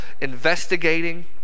investigating